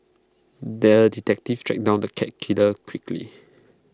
the detective tracked down the cat killer quickly